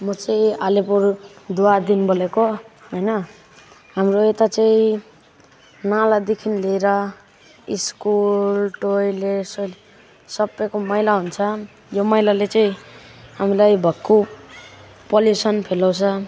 म चाहिँ अलिपुरद्वारदेखि बोलेको होइन हाम्रो यता चाहिँ नालादेखि लिएर स्कुल टोइलेट सोइलेट सबको मैला हुन्छ यो मैलाले चाहिँ हामीलाई भक्कु पल्युसन फैलाउँछ